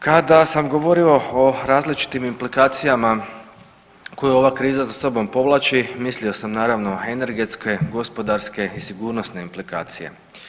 Kada sam govorio o različitih implikacijama koje ova kriza za sobom povlači, mislio sam naravno energetske, gospodarske i sigurnosne implikacije.